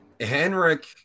Henrik